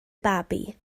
babi